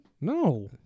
No